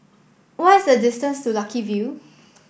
what is the distance to Lucky View